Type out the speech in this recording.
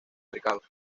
mercados